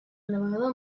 navegador